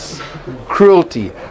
cruelty